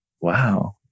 wow